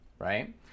right